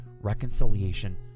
reconciliation